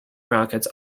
rockets